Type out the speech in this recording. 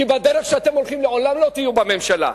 כי בדרך שאתם הולכים לעולם לא תהיו בממשלה,